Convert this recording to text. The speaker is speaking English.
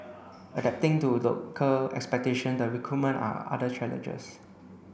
adapting to local expectation the recruitment are other challenges